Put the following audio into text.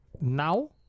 Now